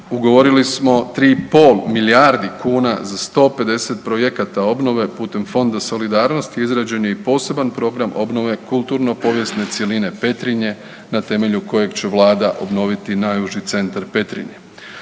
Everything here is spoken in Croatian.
Ugovorili smo 3,5 milijardi kuna za 150 projekata obnove, putem Fonda solidarnosti izrađen je poseban program obnove kulturno povijesne cjeline Petrinje na temelju kojeg će vlada obnoviti najuži centar Petrinje.